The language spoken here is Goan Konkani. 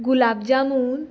गुलाब जामून